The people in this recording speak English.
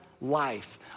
life